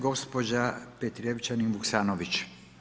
Gospođa Petrijevčanin Vuksanović.